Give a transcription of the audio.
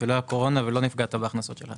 כשלא הייתה קורונה ולא נפגעת בהכנסות שלך.